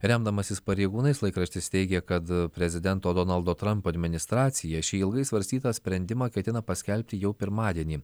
remdamasis pareigūnais laikraštis teigė kad prezidento donaldo trampo administracija šį ilgai svarstytą sprendimą ketina paskelbti jau pirmadienį